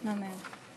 אמן.